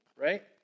right